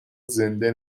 زنده